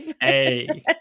Hey